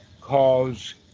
cause